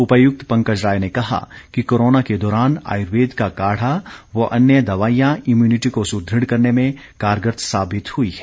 उपायुक्त पंकज राय ने कहा कि कोरोना के दौरान आयुर्वेद का काढ़ा व अन्य दवाईयां इम्युनिटी को सुदृढ़ करने में कारगर साबित हुई हैं